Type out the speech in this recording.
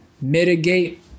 mitigate